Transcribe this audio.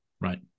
Right